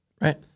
Right